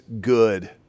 good